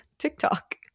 TikTok